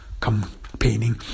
campaigning